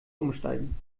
umsteigen